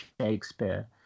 Shakespeare